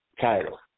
title